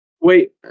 Wait